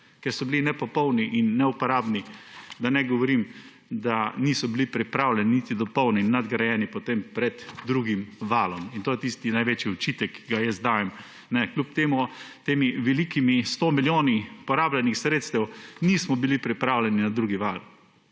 ker so bili nepopolni in neuporabni. Da ne govorim, da niso bili pripravljeni niti dopolnjeni in nadgrajeni potem pred drugim valom. In to je tisti največji očitek, ki ga jaz dajem. Kljub tem velikim 100 milijonom porabljenih sredstev nismo bili pripravljeni na drugi val.